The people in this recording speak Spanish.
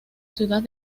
ciudad